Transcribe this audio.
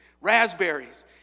raspberries